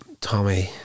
Tommy